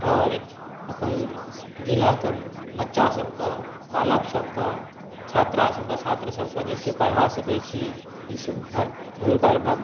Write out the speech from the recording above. आओर अपन जिलाके बच्चासबके बालकसबके छात्रासबके छात्रसबके जे छै पढ़ा सकै छी ईसब हर वर्ग